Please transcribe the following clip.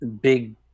Big